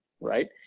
right